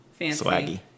swaggy